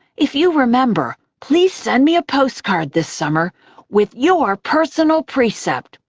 if you remember, please send me a postcard this summer with your personal precept.